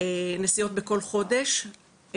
בכל חודש.